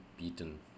beaten